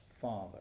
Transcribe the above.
father